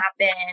happen